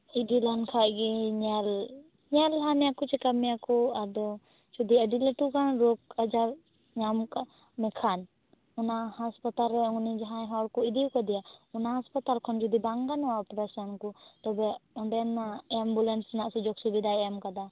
ᱤᱫᱤ ᱞᱮᱱ ᱠᱷᱟᱡ ᱜᱮ ᱧᱮᱞ ᱧᱮᱞ ᱞᱟᱦᱟ ᱢᱮᱭᱟᱠᱚ ᱪᱮᱠᱟ ᱢᱮᱭᱟ ᱠᱚ ᱟᱫᱚ ᱡᱩᱫᱤ ᱟ ᱰᱤ ᱞᱟ ᱴᱩ ᱨᱳᱜᱽ ᱟᱡᱟᱨ ᱧᱟᱢ ᱟᱠᱟᱫ ᱢᱮᱠᱷᱟᱱ ᱚᱱᱟ ᱦᱟᱸᱥᱯᱟᱛᱟᱞ ᱨᱮ ᱩᱱᱤ ᱡᱟᱦᱟᱸᱭ ᱦᱚᱲ ᱠᱚ ᱤᱫᱤᱭᱟᱠᱟᱫᱮᱭᱟ ᱚᱱᱟ ᱦᱟᱸᱥᱯᱟᱛᱟᱞ ᱠᱷᱚᱱ ᱡᱩᱫᱤ ᱵᱟᱝ ᱜᱟᱱᱚᱜ ᱟ ᱚᱯᱨᱮᱥᱚᱱ ᱠᱚ ᱛᱚᱵᱮ ᱚᱸᱰᱮᱱᱟᱜ ᱮᱢᱵᱩᱞᱮᱱᱥ ᱨᱮᱱᱟᱜ ᱥᱩᱡᱚᱜᱽ ᱥᱩᱵᱤᱫᱷᱟᱭ ᱮᱢ ᱟᱠᱟᱫᱟ